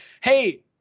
hey